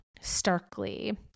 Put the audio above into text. starkly